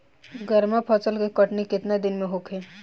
गर्मा फसल के कटनी केतना दिन में होखे?